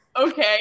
Okay